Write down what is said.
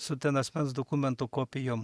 su ten asmens dokumentų kopijom